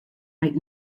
might